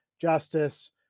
justice